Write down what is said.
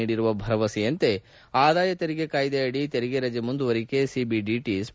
ನೀಡಿರುವ ಭರವಸೆಯಂತೆ ಆದಾಯ ತೆರಿಗೆ ಕಾಯ್ದೆ ಅಡಿ ತೆರಿಗೆ ರಜೆ ಮುಂದುವರಿಕೆ ಸಿಬಿಡಿಟಿ ಸ್ಲಷ್ಪನೆ